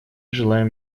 желаем